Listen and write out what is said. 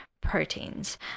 proteins